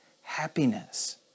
happiness